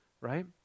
right